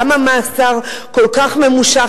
למה מאסר כל כך ממושך,